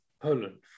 Poland